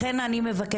לכן אני מבקשת,